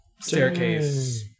staircase